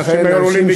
נכון, הייתה מצוקה.